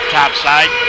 topside